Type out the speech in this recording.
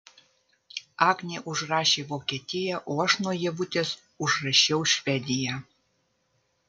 agnė užrašė vokietiją o aš nuo ievutės užrašiau švediją